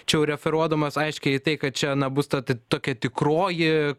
čia jau referuodamas aiškiai į tai kad čia na bus ta tokia tikroji